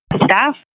staff